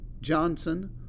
Johnson